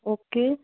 okay